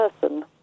person